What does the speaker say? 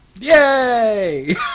Yay